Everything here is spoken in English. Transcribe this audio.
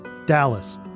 Dallas